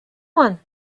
one